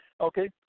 Okay